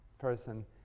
person